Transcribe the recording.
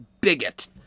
bigot